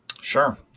Sure